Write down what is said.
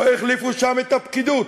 לא החליפו שם את הפקידות,